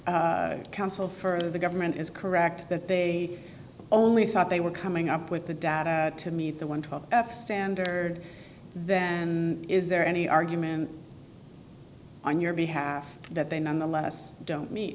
if counsel for the government is correct that they only thought they were coming up with the data to meet the one top f standard than is there any argument on your behalf that they nonetheless d